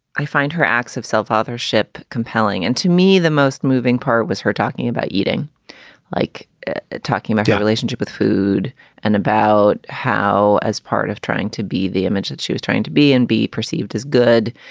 i find her acts of self authorship compelling and to me, the most moving part was her talking about eating like talking about our relationship with food and about how as part of trying to be the image that she was trying to be and be perceived as good,